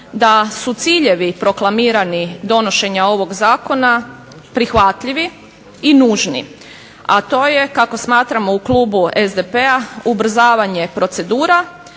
da su ciljevi proklamirani donošenja ovoga zakona prihvatljivi i nužni, a to je kako smatramo u Klubu SDP-a ubrzavanje procedura